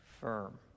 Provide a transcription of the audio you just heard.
firm